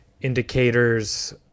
indicators